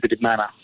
manner